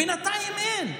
בינתיים אין,